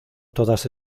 todas